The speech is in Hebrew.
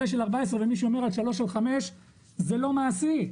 של 14 ומי שאומר שלוש עד חמש זה לא מעשי,